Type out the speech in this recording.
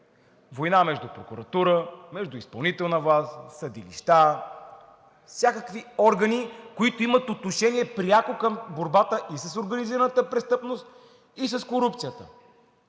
война между прокуратура, между изпълнителна власт, съдилища и всякакви органи, които имат пряко отношение към борбата и с организираната престъпност, и с корупцията.